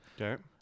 Okay